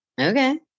okay